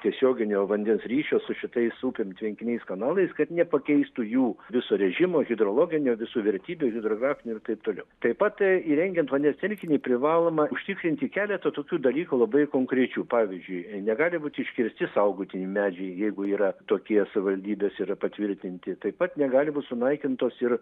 tiesioginio vandens ryšio su šitais upėm tvenkiniais kanalais kad nepakeistų jų viso režimo hidrologinių visų vertybių hidrografinių ir taip toliau taip pat įrengiant vandens telkinį privaloma užtikrinti keletą tokių dalykų labai konkrečių pavyzdžiui negali būti iškirsti saugotini medžiai jeigu yra tokie savivaldybės yra patvirtinti taip pat negali būt sunaikintos ir